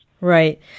Right